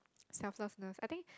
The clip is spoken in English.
selflessness I think